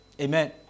Amen